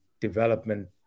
development